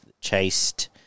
chased